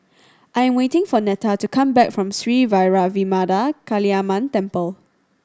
I am waiting for Neta to come back from Sri Vairavimada Kaliamman Temple